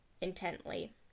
intently